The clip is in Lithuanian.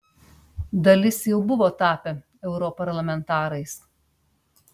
dalis jau buvo tapę europarlamentarais